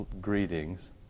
greetings